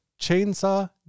Chainsaw